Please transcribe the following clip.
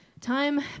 time